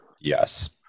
Yes